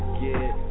get